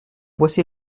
voici